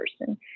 person